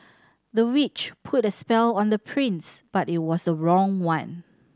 the witch put a spell on the prince but it was the wrong one